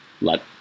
Let